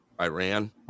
Iran